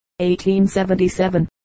1877